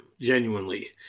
genuinely